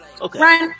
okay